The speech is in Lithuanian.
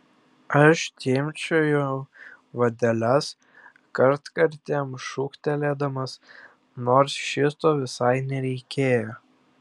aš timpčiojau vadeles kartkartėm šūktelėdamas nors šito visai nereikėjo